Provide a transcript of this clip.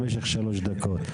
בדוקות,